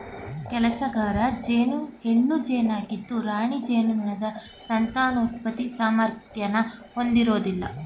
ಕೆಲ್ಸಗಾರ ಜೇನು ಹೆಣ್ಣು ಜೇನಾಗಿದ್ದು ರಾಣಿ ಜೇನುನೊಣದ ಸಂತಾನೋತ್ಪತ್ತಿ ಸಾಮರ್ಥ್ಯನ ಹೊಂದಿರೋದಿಲ್ಲ